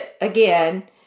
again